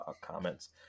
comments